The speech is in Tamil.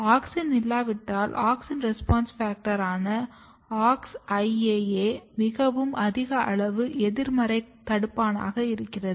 ஆக்ஸின் இல்லாவிட்டால் AUXIN RESPONSE FACTOR ஆனா AuxIAA மிக அதிக அளவு எதிர்மறை தடுப்பானாக இருக்கிறது